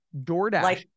DoorDash